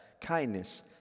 Kindness